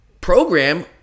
program